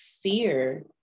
fear